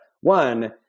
one